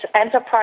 enterprise